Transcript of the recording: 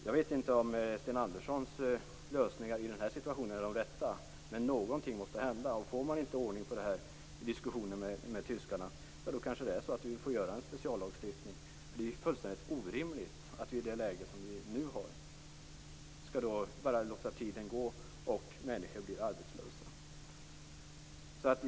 Jag vet inte om Sten Anderssons lösningar i den här situationen är de rätta, men någonting måste hända. Om man inte får ordning på det här i diskussionen med tyskarna kanske vi får göra en speciallagstiftning. Det är fullständigt orimligt att vi i detta läge bara skall låta tiden gå och människor bli arbetslösa.